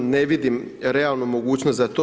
Ne vidim realnu mogućnost za to.